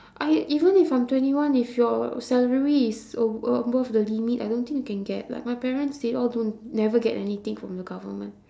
I even if I'm twenty one if your salary is a~ above the limit I don't think you can get like my parents they all don't never get anything from the government